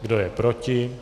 Kdo je proti?